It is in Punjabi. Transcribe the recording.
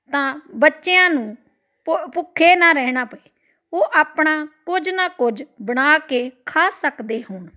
ਤਾਂ ਬੱਚਿਆਂ ਨੂੰ ਭ ਭੁੱਖੇ ਨਾ ਰਹਿਣਾ ਪਏ ਉਹ ਆਪਣਾ ਕੁਝ ਨਾ ਕੁਝ ਬਣਾ ਕੇ ਖਾ ਸਕਦੇ ਹੋਣ